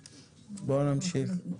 (ד)